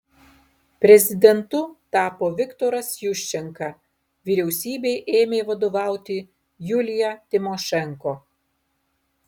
prezidentu tapo viktoras juščenka vyriausybei ėmė vadovauti julija timošenko